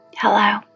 Hello